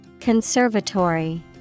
Conservatory